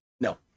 No